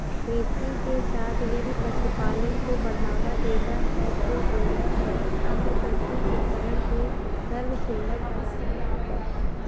खेती के साथ यदि पशुपालन को बढ़ावा देना है तो बेलर एवं अन्य कृषि उपकरण को सर्वसुलभ बनाना होगा